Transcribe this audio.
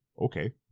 Okay